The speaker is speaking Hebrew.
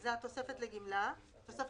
זאת התוספת למענק.